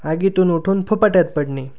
आगीतून उठून फुफाट्यात पडणे